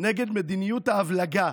נגד מדיניות ההבלגה